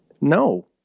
No